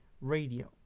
radio